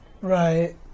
Right